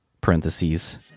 parentheses